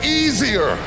easier